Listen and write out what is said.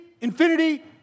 infinity